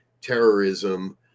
terrorism